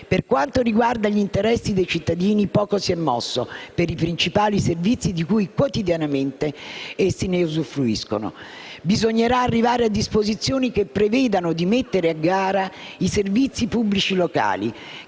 Per quanto riguarda gli interessi dei cittadini, poco si è mosso per i principali servizi di cui quotidianamente essi usufruiscono. Bisognerà arrivare a disposizioni che prevedano di mettere a gara i servizi pubblici locali,